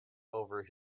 over